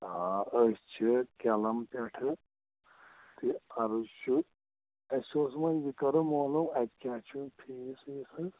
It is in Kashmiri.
آ ٲسۍ چھِ کٮ۪لَم پٮ۪ٹھٕ تہٕ عرٕض چھُ اسہِ اوس وۄنۍ یہِ کَرُن معلوٗم اتہِ کیٛاہ چھُ فیٖس ویٖس حظ